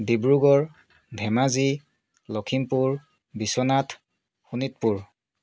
Dibrugarh Dhemaji Lakhimpur Biswanath Sonitpur